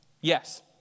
Yes